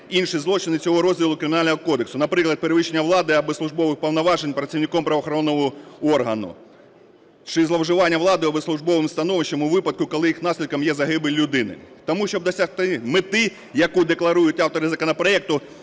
інші злочини цього розділу Кримінального кодексу. Наприклад, перевищення влади або службових повноважень працівником правоохоронного органу чи зловживання владою або службовим становищем у випадку, коли їх наслідком є загибель людини. Тому, щоб досягти мети, яку декларують автори законопроекту,